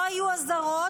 לא היו הזהרות,